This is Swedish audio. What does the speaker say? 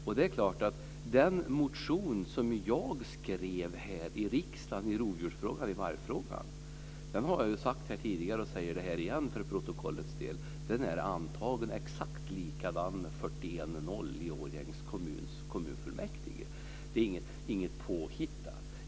Jag har sagt det tidigare, och jag säger det igen här för protokollets del: Den motion som jag skrev här i riksdagen i rovdjurs och vargfrågan är antagen, exakt likadan, som 41:0 i Årjängs kommuns kommunfullmäktige. Det är inget påhittat.